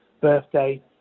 birthday